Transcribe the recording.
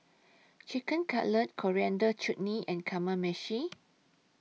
Chicken Cutlet Coriander Chutney and Kamameshi